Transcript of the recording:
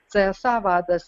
csa vadas